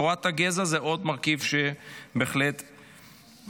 תורת הגזע זה עוד מרכיב שבהחלט מוסיף.